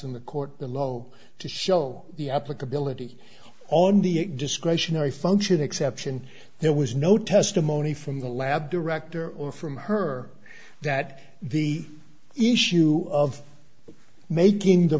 in the court below to show the applicability on the discretionary function exception there was no testimony from the lab director or from her that the issue of making the